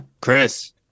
chris